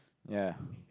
yea